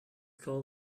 called